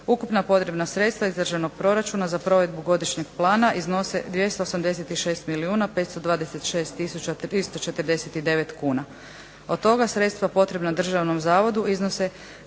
Ukupna potrebna sredstva iz državnog proračuna za provedbu godišnjeg plana iznose 286 milijuna 526 tisuća 349 kuna. Od toga sredstva potrebna državnom zavodu iznose